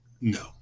No